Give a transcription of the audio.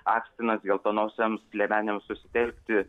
akstinas geltonosioms liemenėms susitelkti